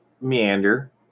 meander